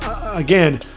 Again